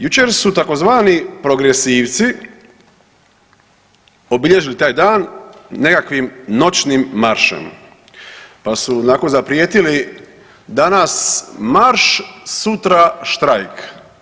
Jučer su tzv. progresivci obilježili taj dan nekakvim noćnim maršem pa su onako zaprijetili, danas marš, sutra štrajk.